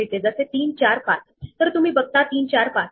इथे यासाठी काही पायथन सुडो कोड आहेत